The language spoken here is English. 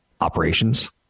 operations